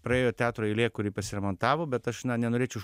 praėjo teatro eilė kuri pasiremontavo bet aš na nenorėčiau už